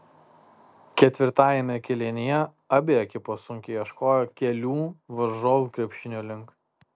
ketvirtajame kėlinyje abi ekipos sunkiai ieškojo kelių varžovų krepšinio link